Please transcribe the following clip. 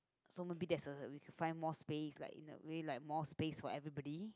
so maybe that's uh we can find more space like in a way like more space for everybody